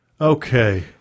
Okay